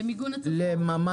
במיגון הצפון.